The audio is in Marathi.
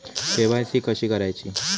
के.वाय.सी कशी करायची?